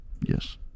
Yes